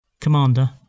Commander